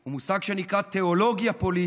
הוא מושג שנקרא "תיאולוגיה פוליטית".